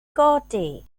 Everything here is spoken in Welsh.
godi